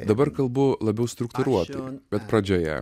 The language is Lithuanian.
dabar kalbu labiau struktūruotai bet pradžioje